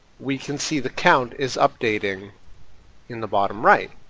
we can see the count is updating in the bottom right.